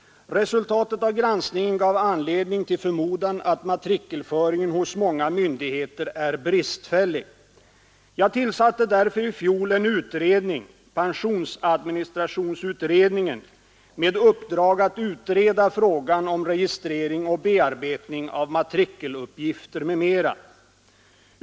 Resultatet av granskningen gav anledning till förmodan att matrikelföringen hos många myndigheter är bristfällig. Jag tillsatte därför i fjol en utredning — ”pensionsadministrationsutredningen” — med uppdrag att utreda frågan om registrering och bearbetning av matrikeluppgifter m.m.